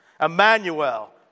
Emmanuel